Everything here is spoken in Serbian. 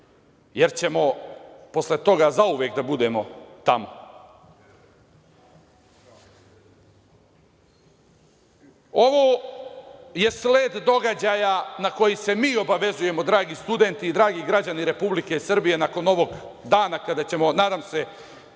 jer ćemo posle toga zauvek da budemo tamo. Ovo je sled događaja na koji se mi obavezujemo, dragi studenti i dragi građani Republike Srbije nakon ovog dana kada ćemo, nadam se